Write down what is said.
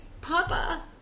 Papa